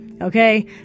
Okay